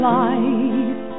life